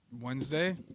Wednesday